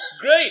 Great